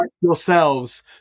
yourselves